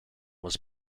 was